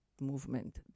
movement